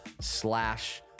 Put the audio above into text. slash